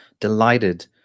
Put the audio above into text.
delighted